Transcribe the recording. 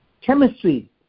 chemistry